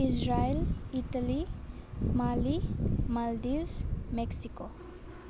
Israel Italy Mali Maldives Mexico